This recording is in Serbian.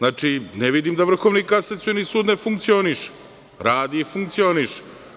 Ne vidim da Vrhovni kasacioni sud ne funkcioniše, radi i funkcioniše.